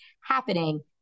happening